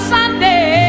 Sunday